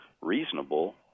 reasonable